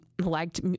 liked